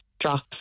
drops